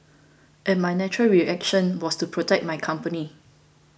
and my natural reaction was to protect my company